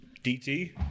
DT